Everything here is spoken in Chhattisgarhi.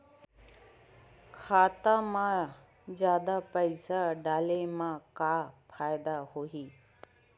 खाता मा जादा पईसा डाले मा का फ़ायदा होही?